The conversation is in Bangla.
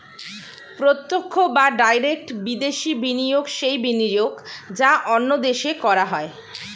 প্রত্যক্ষ বা ডাইরেক্ট বিদেশি বিনিয়োগ সেই বিনিয়োগ যা অন্য দেশে করা হয়